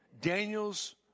Daniel's